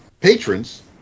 patrons